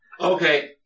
Okay